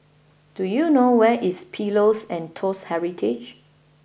do you know where is Pillows and Toast Heritage